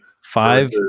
Five